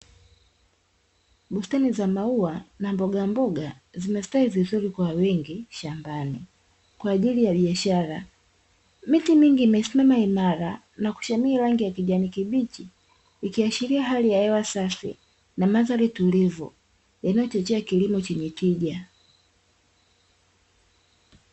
Bustani za maua na mbogamboga, zimestawi vizuri kwa wingi shambani kwa ajili ya biashara. Miti mingi imesimama imara na kushamiri rangi ya kijani kibichi, ikiashiria hali ya hewa safi na mandhari tulivu yanayochochea kilimo chenye tija.